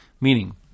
meaning